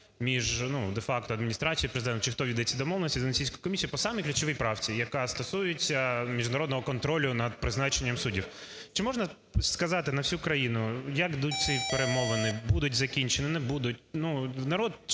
Адміністрацією Президента, чи хто веде ці домовленості з Венеціанською комісією, по самій ключовій правці, яка стосується міжнародного контролю над призначенням суддів. Чи можна сказати на всю країну, як йдуть ці перемовини: будуть закінчені, не будуть?